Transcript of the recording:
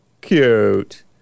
Cute